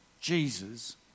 Jesus